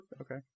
Okay